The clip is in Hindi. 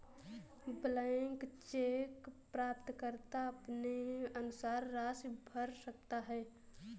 ब्लैंक चेक प्राप्तकर्ता अपने अनुसार राशि भर सकता है